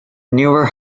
newer